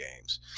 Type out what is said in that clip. games